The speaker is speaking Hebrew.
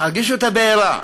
הרגישו את הבעירה.